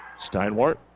Steinwart